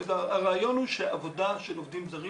הרעיון הוא שעבודה של עובדים זרים